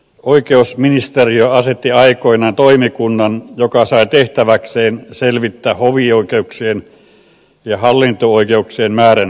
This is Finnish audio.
oikeusministeriö asetti aikoinaan toimikunnan joka sai tehtäväkseen selvittää hovioikeuksien ja hallinto oikeuksien määrän vähentämisen